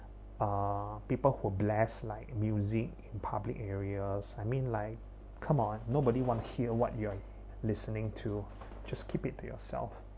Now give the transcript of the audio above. uh people who blast like music in public areas I mean like come on nobody want to hear what you're listening to just keep it to yourself